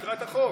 תקרא את החוק.